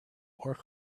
work